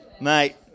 mate